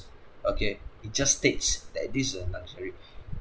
okay it just states that this is a luxury